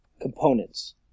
Components